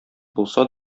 булса